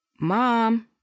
Mom